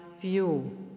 view